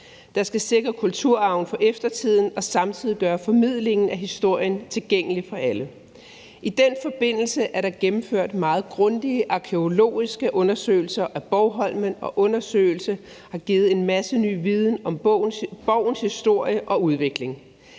der skal sikre kulturarven for eftertiden og samtidig gøre formidlingen af historien tilgængelig for alle. I den forbindelse er der gennemført meget grundige arkæologiske undersøgelser af borgholmen, og undersøgelserne har givet en masse en ny viden om borgens historie og udvikling.